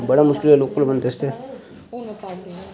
बड़ा मुश्कल ऐ लोकल बंदे आस्तै